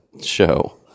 show